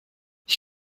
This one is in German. ich